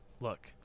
Look